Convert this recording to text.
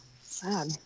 Sad